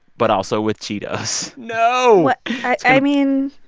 but also with cheetos no i mean,